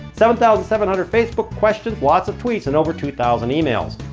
seven thousand seven hundred facebook questions, lots of tweets, and over two thousand emails.